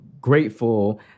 grateful